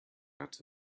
out